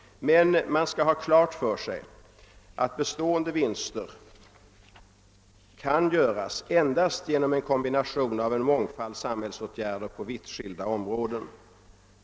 Men man skall ha klart för sig att bestående vinster kan göras endast genom en kombination av en mångfald samhällsåtgärder på vitt skilda områden.